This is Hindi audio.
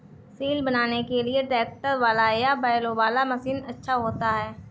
सिल बनाने के लिए ट्रैक्टर वाला या बैलों वाला मशीन अच्छा होता है?